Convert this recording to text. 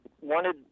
wanted